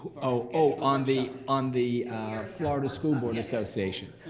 oh, on the on the florida school board association.